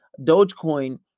Dogecoin